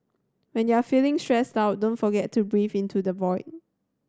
when you are feeling stressed out don't forget to breathe into the void